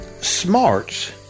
smarts